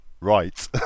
Right